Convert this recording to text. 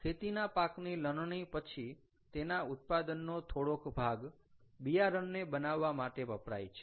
ખેતીના પાકની લણણી પછી તેના ઉત્પાદનનો થોડોક ભાગ બિયારણને બનાવવા માટે વપરાય છે